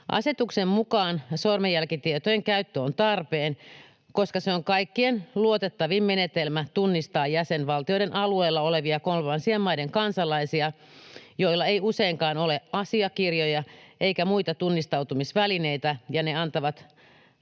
Asetuksen mukaan sormenjälkitietojen käyttö on tarpeen, koska se on kaikkein luotettavin menetelmä tunnistaa jäsenvaltioiden alueella olevia kolmansien maiden kansalaisia, joilla ei useinkaan ole asiakirjoja eikä muita tunnistautumisvälineitä, ja ne antavat